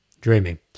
Dreaming